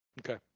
Okay